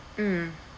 mm